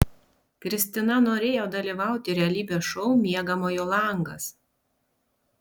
kristina norėjo dalyvauti realybės šou miegamojo langas